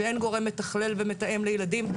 שאין גורם מתכלל ומתאם לילדים,